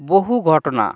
বহু ঘটনা